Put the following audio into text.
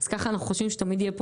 אז ככה אנחנו חושבים שתמיד יהיה פה